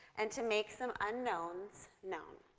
and to make some unknowns known.